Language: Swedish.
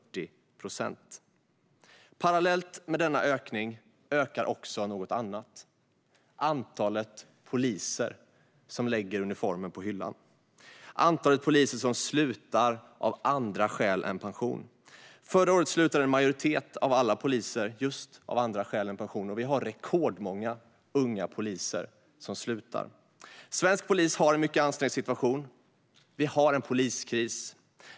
Parallellt med denna ökning ökar också något annat: antalet poliser som lägger uniformen på hyllan och som slutar av andra skäl än pension. Förra året slutade en majoritet av alla poliser just av andra skäl än pension. Vi har rekordmånga unga poliser som slutar. Svensk polis har en mycket ansträngd situation. Vi har en poliskris.